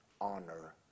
honor